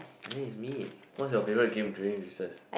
I think it's me what's your favourite game during recess